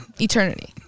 eternity